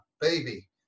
baby